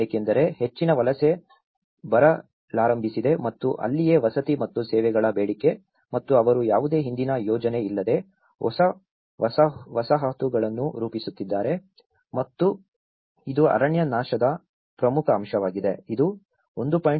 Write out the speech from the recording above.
ಏಕೆಂದರೆ ಹೆಚ್ಚಿನ ವಲಸೆ ಬರಲಾರಂಭಿಸಿದೆ ಮತ್ತು ಅಲ್ಲಿಯೇ ವಸತಿ ಮತ್ತು ಸೇವೆಗಳ ಬೇಡಿಕೆ ಮತ್ತು ಅವರು ಯಾವುದೇ ಹಿಂದಿನ ಯೋಜನೆ ಇಲ್ಲದೆ ಹೊಸ ವಸಾಹತುಗಳನ್ನು ರೂಪಿಸುತ್ತಿದ್ದಾರೆ ಮತ್ತು ಇದು ಅರಣ್ಯನಾಶದ ಪ್ರಮುಖ ಅಂಶವಾಗಿದೆ ಇದು 1